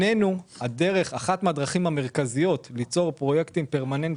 אחת מהדרכים המרכזיות ליצור פרויקטים פרמננטים,